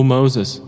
Moses